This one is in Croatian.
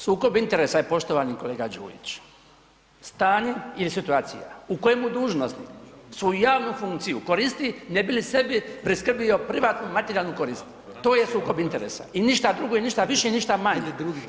Sukob interesa je poštovani kolega Đujić, stanje ili situacija u kojem dužnosnik svoju javnu funkciju koristi ne bi li sebi priskrbio privatnu materijalnu korist, to je sukob interesa i ništa drugo i ništa više i ništa manje.